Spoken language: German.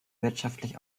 wirtschaftlich